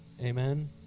Amen